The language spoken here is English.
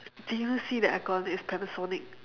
did you even see the aircon it's panasonic